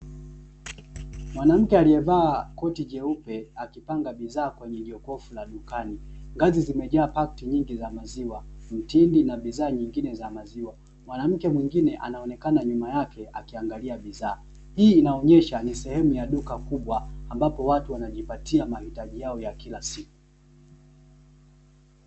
Mwanamke aliyevaa vazi jeupe hii ni sehemu ya duka kubwa ambapo watu wanajipatia mahitaji yao ya kila siku